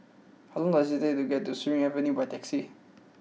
how long does it take to get to Surin Avenue by taxi